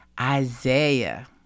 Isaiah